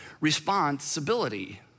responsibility